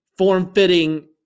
form-fitting